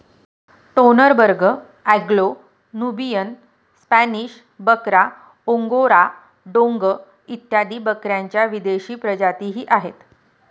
Toggenburg, Anglo Nubian, Spanish बकरा, Angora डोंग इत्यादी बकऱ्यांच्या विदेशी प्रजातीही आहेत